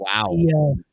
Wow